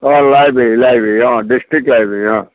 অঁ library library um district library অঁ